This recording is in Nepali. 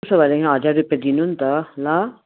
उसो भएदेखि हजार रुपियाँ दिनु नि त ल